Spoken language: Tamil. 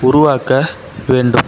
உருவாக்க வேண்டும்